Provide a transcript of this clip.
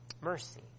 Mercy